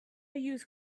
use